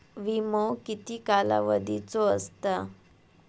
विमो किती कालावधीचो असता?